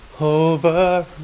over